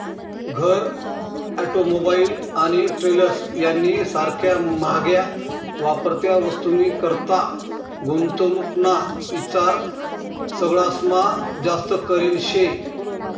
घर, ऑटोमोबाईल आणि ट्रेलर्स यानी सारख्या म्हाग्या वापरत्या वस्तूनीकरता गुंतवणूक ना ईचार सगळास्मा जास्त करेल शे